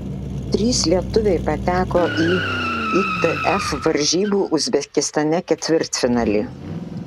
trys lietuviai pateko į itf varžybų uzbekistane ketvirtfinalį